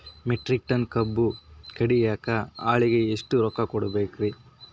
Metric tonne ಕಬ್ಬು ಕಡಿಯಾಕ ಆಳಿಗೆ ಎಷ್ಟ ರೊಕ್ಕ ಕೊಡಬೇಕ್ರೇ?